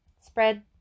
spread